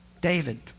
David